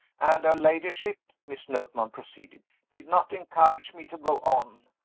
and her ladyship, miss notman proceeded, did not encourage me to go on.